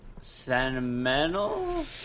sentimental